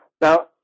Now